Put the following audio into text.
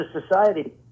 society